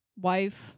wife